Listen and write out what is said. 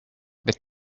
that